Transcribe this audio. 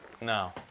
No